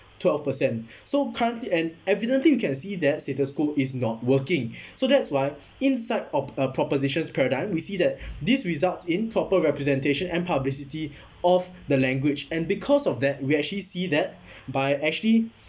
twelve percent so currently and evidently you can see that status quo is not working so that's why inside of uh proposition's paradigm we see that this results in proper representation and publicity of the language and because of that we actually see that by actually